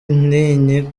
intinyi